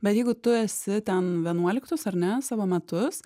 bet jeigu tu esi ten vienuoliktus ar ne savo metus